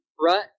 rut